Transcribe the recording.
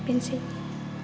बेनोसै